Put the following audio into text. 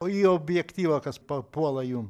o į objektyvą kas papuola jum